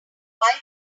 why